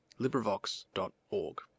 LibriVox.org